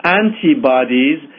antibodies